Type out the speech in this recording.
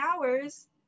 hours